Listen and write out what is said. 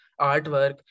artwork